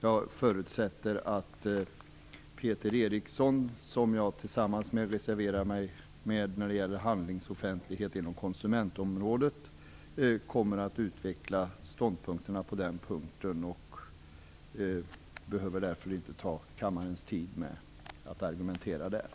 Jag förutsätter att Peter Eriksson, som tillsammans med mig har reserverat sig när det gäller handlingsoffentlighet inom konsumentområdet, kommer att utveckla ståndpunkterna på den punkten. Jag behöver därför inte uppta kammarens tid med att argumentera i frågan.